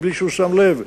מבלי שהוא שם לב,